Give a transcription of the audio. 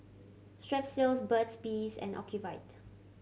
Strepsils Burt's Bees and Ocuvite